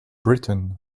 britain